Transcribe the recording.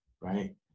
right